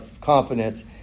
confidence